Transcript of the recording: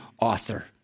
author